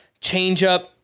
changeup